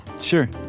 Sure